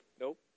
nope